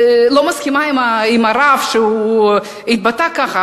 מסכימה עם הרב שהתבטא כך,